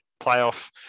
playoff